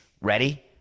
Ready